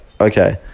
Okay